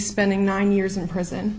spending nine years in prison